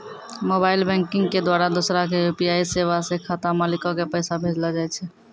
mobile banking के द्वारा दोसरा के यू.पी.आई सेबा से खाता मालिको के पैसा भेजलो जाय छै